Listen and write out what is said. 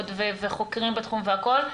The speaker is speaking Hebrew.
נכון, בקטלוניה.